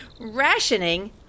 rationing